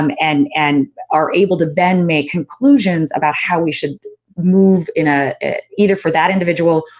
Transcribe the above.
um and and are able to then make conclusions about how we should move in ah either for that individual,